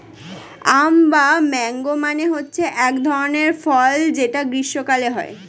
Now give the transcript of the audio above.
আম বা ম্যাংগো মানে হচ্ছে এক ধরনের ফল যেটা গ্রীস্মকালে হয়